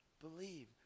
Believe